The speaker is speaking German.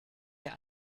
der